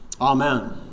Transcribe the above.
Amen